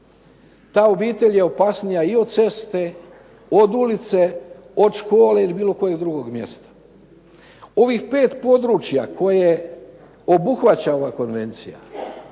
Ta obitelj je opasnija i od ceste, od ulice, od škole ili bilo kojeg drugog mjesta. U ovih 5 područja koje obuhvaća ova konvencija,